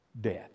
death